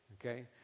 Okay